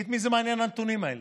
כי את מי מעניינים הנתונים האלה?